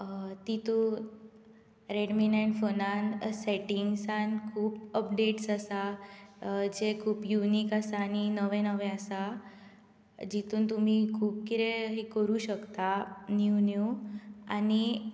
तितून रॅड मी नायन फोनांत सेटिंग्सांत खूब उपडेट्स आसात जे खूब युनीक आनी नवे नवे आसा जातून तुमी खूब कितें करूंक शकता न्यू न्यू आनी